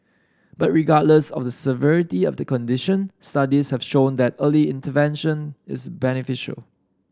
but regardless of the severity of the condition studies have shown that early intervention is beneficial